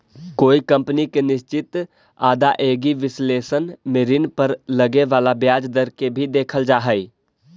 कोई कंपनी के निश्चित आदाएगी विश्लेषण में ऋण पर लगे वाला ब्याज दर के भी देखल जा हई